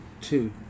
two